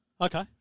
Okay